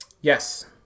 Yes